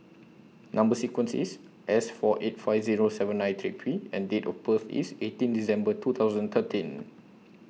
Number sequence IS S four eight five Zero seven nine three P and Date of birth IS eighteen December two thousand thirteen